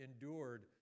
endured